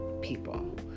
people